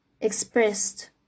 expressed